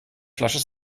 flasche